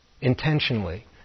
intentionally